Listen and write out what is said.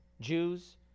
Jews